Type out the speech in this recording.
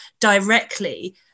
directly